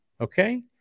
Okay